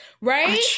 right